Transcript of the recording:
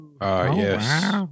Yes